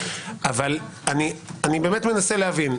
אבל אני באמת מנסה להבין.